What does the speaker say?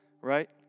right